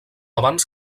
abans